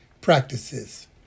practices